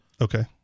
Okay